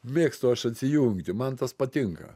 mėgstu aš atsijungti man tas patinka